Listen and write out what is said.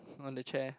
on the chair